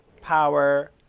power